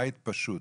בית פשוט.